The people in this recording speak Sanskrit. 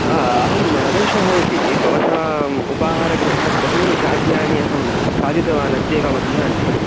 आ अहं रमेशः इति भवताम् उपाहारगृहात् बहूनि खाद्यानि अहं खादितवान् अद्यैव मध्याह्ने